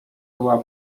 była